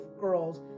girls